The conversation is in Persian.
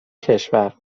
کشور